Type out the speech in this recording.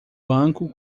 banco